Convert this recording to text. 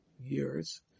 years